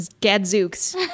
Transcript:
gadzooks